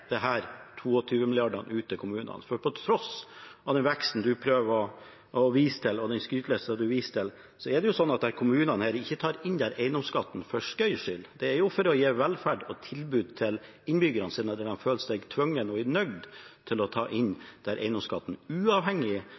kommunene? På tross av den veksten statsråden prøver å vise til, og den skrytelista hun viser til, er det jo sånn at disse kommunene ikke tar inn denne eiendomsskatten på skøy. Det er for å gi velferd og tilbud til innbyggerne at man føler seg tvunget til og er nødt til å ta inn denne eiendomsskatten, uavhengig